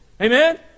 amen